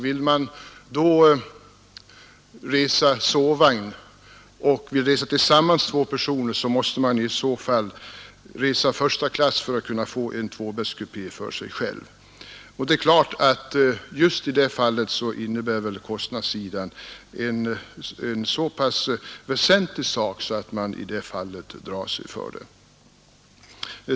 Vill de då resa sovvagn tillsammans måste de åka första klass för att få en tvåbäddskupé för sig själva. Just i sådana fall kan kostnaden vara så pass väsentlig, att de drar sig för den.